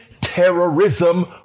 terrorism